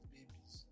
babies